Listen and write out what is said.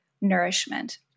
Nourishment